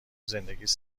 زندگیش